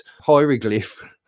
hieroglyph